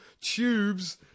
tubes